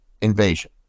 invasion